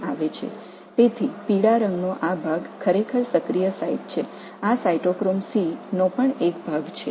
எனவே இந்த மஞ்சள் நிற பகுதி நிச்சயமாக உண்மையான செயலில் உள்ள தளமாகும் இவை சைட்டோக்ரோம் C யின் பகுதியாகும்